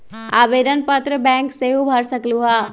आवेदन पत्र बैंक सेहु भर सकलु ह?